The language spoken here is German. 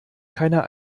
keiner